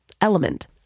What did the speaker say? Element